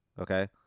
okay